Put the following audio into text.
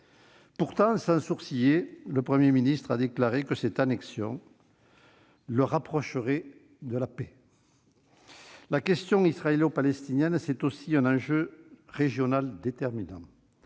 Pourtant, sans sourciller, le Premier ministre a déclaré que cette annexion les « rapprocherait de la paix ». La question israélo-palestinienne, c'est aussi un enjeu régional déterminant.